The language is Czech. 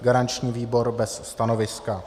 Garanční výbor bez stanoviska.